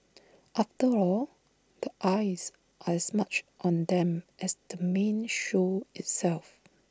after all the eyes are as much on them as the main show itself